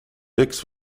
dix